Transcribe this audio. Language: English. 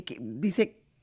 dice